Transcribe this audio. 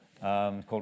called